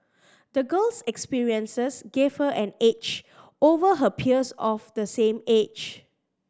the girl's experiences gave her an edge over her peers of the same age